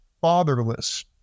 fatherless